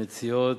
המציעות,